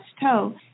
toe